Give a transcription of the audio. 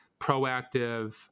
proactive